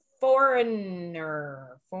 foreigner